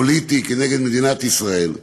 פוליטי, נגד מדינת ישראל,